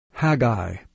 Haggai